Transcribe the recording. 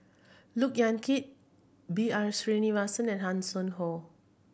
Look Yan Kit B R Sreenivasan Hanson Ho